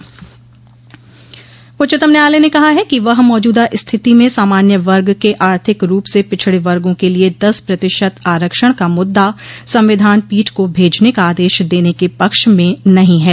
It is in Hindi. उच्चतम न्यायालय ने कहा है कि वह मौजूदा स्थिति में सामान्य वर्ग के आर्थिक रूप से पिछड़े वर्गों के लिए दस प्रतिशत आरक्षण का मुद्दा संविधान पीठ को भेजने का आदेश देने के पक्ष में नहीं है